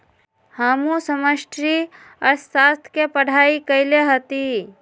हमहु समष्टि अर्थशास्त्र के पढ़ाई कएले हति